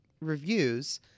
reviews